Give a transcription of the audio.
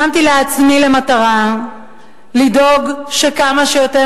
שמתי לעצמי למטרה לדאוג שכמה שיותר